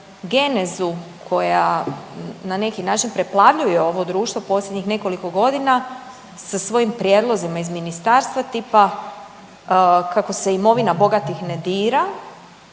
genezu koja na neki način preplavljuje ovo društvo posljednjih nekoliko godina sa svojim prijedlozima iz ministarstva tipa kako se imovina bogatih ne dira,